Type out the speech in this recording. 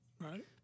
right